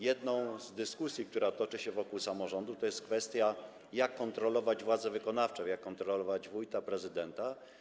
Jedną z dyskusji, które toczą się wokół samorządu, to jest kwestia, jak kontrolować władze wykonawcze, jak kontrolować wójta, prezydenta.